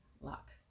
luck